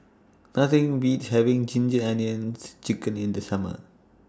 Nothing Beats having Ginger Onions Chicken in The Summer